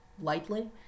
lightly